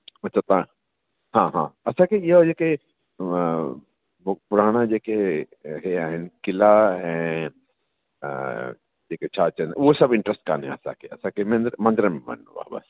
अच्छा तव्हां हा हा असांखे इहा जेके पुराणा जेके इहे आहिनि क़िला ऐं जेके छा चवंदा आहिनि उहे सभु इंट्र्स्ट कोन्हे असांखे असांखे मंदर में वञिणो आहे बसि